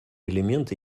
элементы